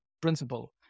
principle